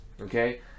okay